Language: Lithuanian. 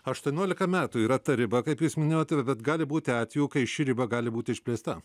aštuoniolika metų yra ta riba kaip jūs minėjote bet gali būti atvejų kai ši riba gali būti išplėsta